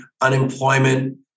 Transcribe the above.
unemployment